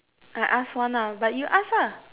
I ask one lah but you ask lah